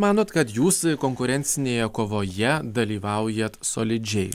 manot kad jūs konkurencinėje kovoje dalyvaujat solidžiai